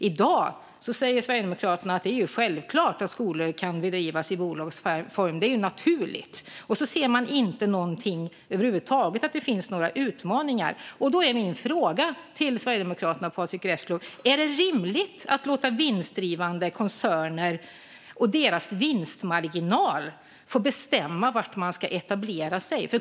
I dag säger Sverigedemokraterna att det är självklart och naturligt att skolor kan bedrivas i bolagsform, och man ser inte att det kan finnas några utmaningar över huvud taget. Min fråga till Sverigedemokraterna och Patrick Reslow är därför: Är det rimligt att låta vinstdrivande koncerner och deras vinstmarginal få bestämma var de ska etablera sig?